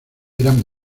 eran